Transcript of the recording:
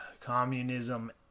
Communism